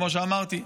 כמו שאמרתי,